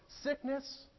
sickness